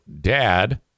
dad